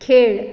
खेळ